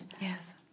yes